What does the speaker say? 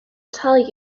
tell